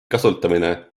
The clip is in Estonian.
kasutamine